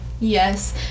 Yes